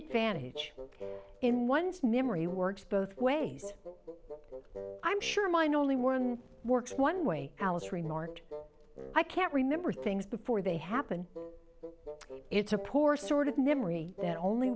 advantage in one's memory works both ways i'm sure mine only one works one way alice remarked i can't remember things before they happen it's a poor sort of